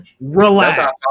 Relax